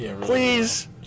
Please